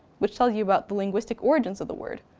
which tells you about the linguistic origins of the word,